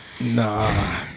Nah